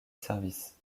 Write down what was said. service